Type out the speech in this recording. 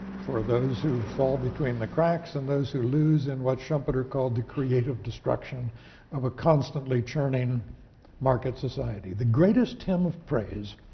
for those who fall between the cracks and those who lose in what schumpeter called the creative destruction of a constantly-churning market society. the greatest hymn of praise